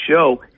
show